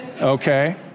okay